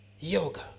yoga